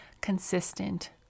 consistent